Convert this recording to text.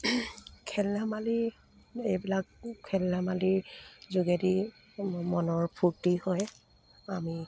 খেল ধেমালি এইবিলাক খেল ধেমালিৰ যোগেদি মনৰ ফূৰ্তি হয় আমি